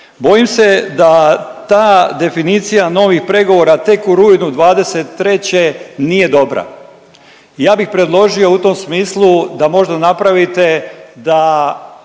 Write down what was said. Bojim se da ta definicija novih pregovora tek u rujnu 2023. nije dobra. Ja bih predložio u tom smislu da možda napravite da